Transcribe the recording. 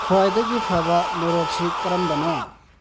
ꯈ꯭ꯋꯥꯏꯗꯒꯤ ꯐꯕ ꯃꯣꯔꯣꯛꯁꯤ ꯀꯔꯝꯕꯅꯣ